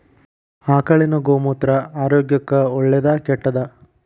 ಆಕಳಿನ ಗೋಮೂತ್ರ ಆರೋಗ್ಯಕ್ಕ ಒಳ್ಳೆದಾ ಕೆಟ್ಟದಾ?